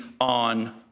on